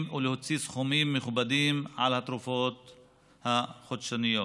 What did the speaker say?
ולהוציא סכומים מכובדים על התרופות החודשיות.